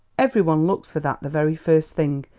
every one looks for that the very first thing,